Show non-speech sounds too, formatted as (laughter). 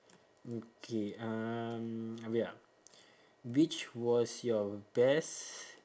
okay um (noise) ya which was your best